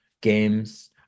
games